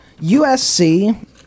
USC